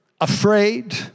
afraid